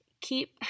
keep